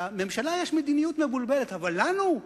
לממשלה יש מדיניות מבולבלת, אבל לנו?